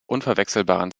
unverwechselbaren